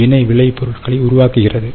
வினை விளை பொருள்களை உருவாக்குகிறது